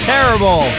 Terrible